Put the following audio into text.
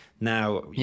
Now